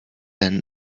then